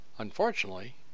unfortunately